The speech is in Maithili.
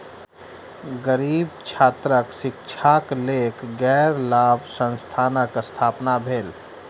गरीब छात्रक शिक्षाक लेल गैर लाभ संस्थानक स्थापना भेल